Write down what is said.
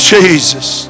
Jesus